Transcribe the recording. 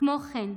כמו כן,